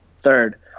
third